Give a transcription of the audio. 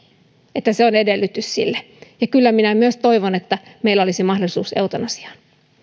eli se on edellytys sille kyllä minä myös toivon että meillä olisi mahdollisuus eutanasiaan